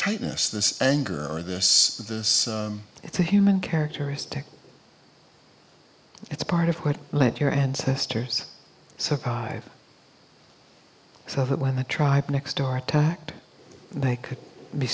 tightness this anger or this or this it's a human characteristic it's part of what let your ancestors so five so that when the tribe next door attacked they could be